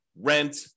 rent